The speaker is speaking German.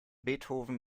beethoven